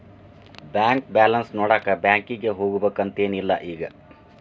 bank balance ನೋಡಾಕ ಬ್ಯಾಂಕಿಗೆ ಹೋಗ್ಬೇಕಂತೆನ್ ಇಲ್ಲ ಈಗ